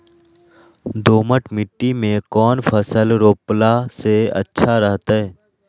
दोमट मिट्टी में कौन फसल रोपला से अच्छा रहतय?